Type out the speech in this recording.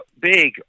big